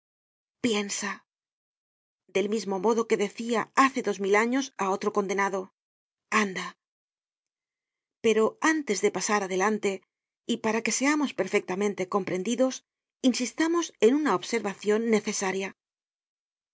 piensa del mismo modo que decia hace dos mil años á otro condenado anda pero antes de pasar adelante y para que seamos perfectamente comprendidos insistamos en una observacion necesaria es